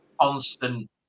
constant